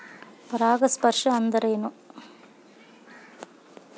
ಪರಾಗಸ್ಪರ್ಶ ಅಂದರೇನು?